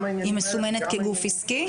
היא מסומנת כגוף עסקי?